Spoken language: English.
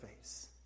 face